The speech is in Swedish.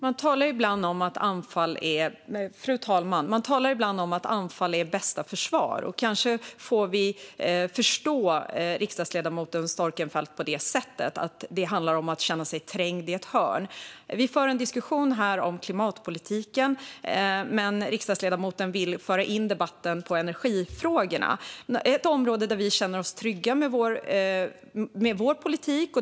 Fru talman! Man talar ibland om att anfall är bästa försvar, och kanske får vi förstå det som att det handlar om att riksdagsledamoten Storckenfeldt känner sig trängd i ett hörn. Vi för en diskussion här om klimatpolitiken, men riksdagsledamoten vill föra in debatten på energifrågorna. Det är ett område där vi känner oss trygga med vår politik.